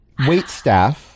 waitstaff